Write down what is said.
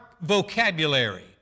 vocabulary